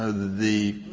the